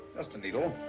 just a needle.